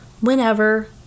whenever